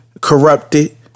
Corrupted